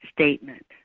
statement